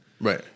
Right